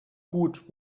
gut